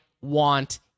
want